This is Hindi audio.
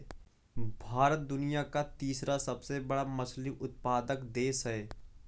भारत दुनिया का तीसरा सबसे बड़ा मछली उत्पादक देश है